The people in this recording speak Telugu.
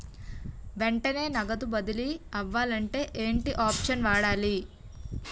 వెంటనే నగదు బదిలీ అవ్వాలంటే ఏంటి ఆప్షన్ వాడాలి?